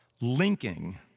linking